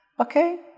okay